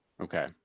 okay